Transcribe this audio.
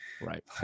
right